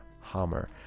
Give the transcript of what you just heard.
hammer